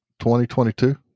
2022